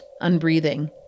unbreathing